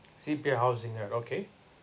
C_P_F housing grant okay